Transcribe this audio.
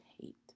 hate